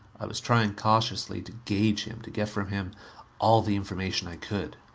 i was trying cautiously to gauge him, to get from him all the information i could.